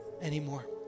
anymore